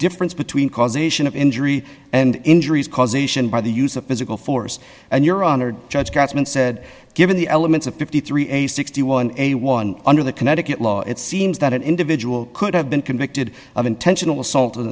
difference between causation of injury and injuries causation by the use of physical force and you're honored judge cashman said given the elements of fifty three dollars sixty one cents a one under the connecticut law it seems that an individual could have been convicted of intentional assault